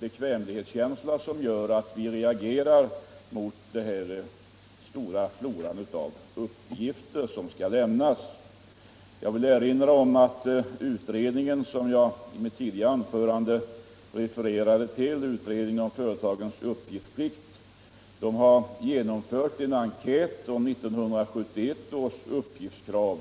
bekvämlighetsskäl som gör att vi företagare reagerar mot den omfattande flora av uppgifter som skall lämnas. Jag vill erinra om att utredningen om företagens uppgiftsplikt har genomfört en enkät om 1971 års uppgiftskrav.